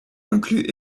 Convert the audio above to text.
incluent